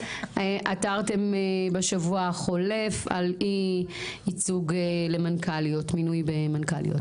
עתרתם בשבוע החולף על אי ייצוג מינוי למנכ"ליות,